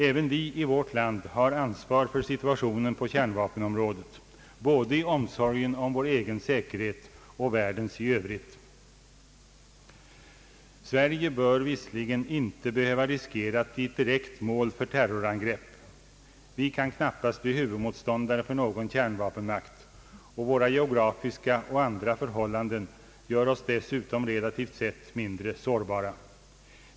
även vi i vårt land har ansvar för situationen på kärnvapenområdet, både i omsorgen om vår egen säkerhet och när det gäller världens säkerhet i övrigt. Sverige torde visserligen inte behöva riskera att bli ett direkt mål för terrorangrepp. Vi kan knappast bli huvudmotståndare för någon kärnvapenmakt, och våra geografiska och andra förhållanden gör oss dessutom relativt sett mindre sårbara.